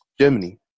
Germany